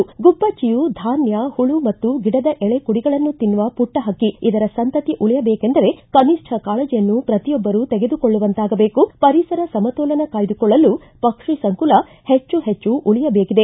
ಗುಬ್ಬಚ್ಚಿಯು ಧಾನ್ಯ ಹುಳು ಮತ್ತು ಗಿಡದ ಎಳೆ ಕುಡಿಗಳನ್ನು ತಿನ್ನುವ ಪುಟ್ಟ ಹಕ್ಕಿ ಇದರ ಸಂತತಿ ಉಳಿಯಬೇಕೆಂದರೆ ಕನಿಷ್ಠ ಕಾಳಜಿಯನ್ನು ಪ್ರತಿಯೊಬ್ಬರೂ ತೆಗೆದುಕೊಳ್ಳುವಂತಾಗಬೇಕು ಪರಿಸರ ಸಮತೋಲನ ಕಾಯ್ದುಕೊಳ್ಳಲು ಪಕ್ಷಿ ಸಂಕುಲ ಹೆಚ್ಚು ಹೆಚ್ಚು ಉಳಿಯಬೇಕಿದೆ